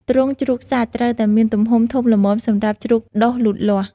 ទ្រុងជ្រូកសាច់ត្រូវតែមានទំហំធំល្មមសម្រាប់ជ្រូកដុះលូតលាស់។